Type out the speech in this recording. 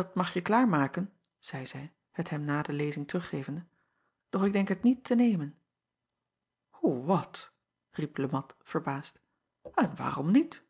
at magje klaarmaken zeî zij het hem na de lezing teruggevende doch ik denk het niet te nemen acob van ennep laasje evenster delen oe wat riep e at verbaasd en waarom niet